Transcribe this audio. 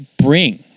bring